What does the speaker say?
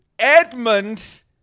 Edmund